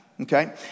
okay